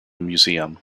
museum